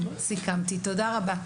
תודה רבה.